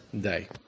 day